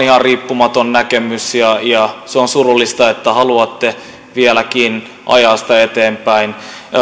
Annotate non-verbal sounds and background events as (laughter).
(unintelligible) ihan riippumaton näkemys se on surullista että haluatte vieläkin ajaa sitä eteenpäin